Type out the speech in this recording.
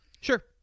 Sure